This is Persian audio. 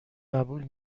قبول